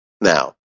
Now